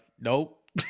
Nope